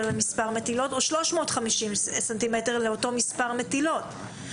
למספר מטילות או 350 ס"מ לאותו מספר מטילות.